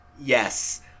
Yes